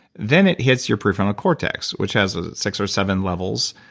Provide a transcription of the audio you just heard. then it hits your prefrontal cortex, which has ah six or seven levels.